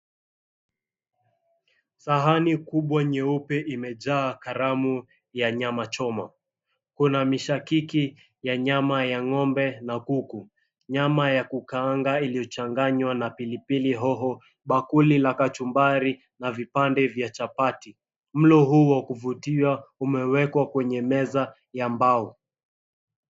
Sahani kubwa nyeupe imejaa karamu ya nyama choma. Kuna mishakiki ya nyama ya ng'ombe na kuku, nyama ya kukaanga iliyochanganywa na pilipili hoho, bakuli la kachumbari, na vipande vya chapati. Mlo huo wa kuvutia umewekwa kwenye meza ya mbao.